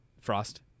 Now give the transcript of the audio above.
Frost